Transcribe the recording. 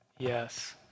Yes